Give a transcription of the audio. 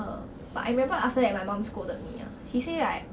um but I remember after that my mom scolded me lah she say like